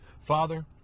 Father